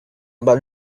about